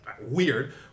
weird